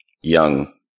young